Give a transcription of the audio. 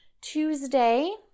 Tuesday